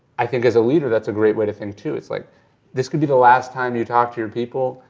i think as a leader, that's a great way to to think too. it's like this could be the last time you talk to your people,